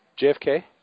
JFK